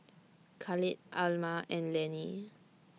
Khalid Alma and Lanny